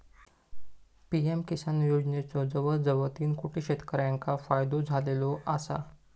PM Kisan योजनेचो जवळजवळ तीन कोटी शेतकऱ्यांका फायदो झालेलो आसा